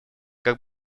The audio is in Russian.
как